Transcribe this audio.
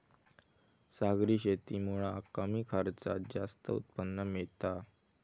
सागरी शेतीमुळा कमी खर्चात जास्त उत्पन्न मिळता